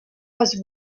was